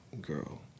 girl